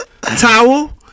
towel